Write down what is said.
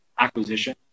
acquisition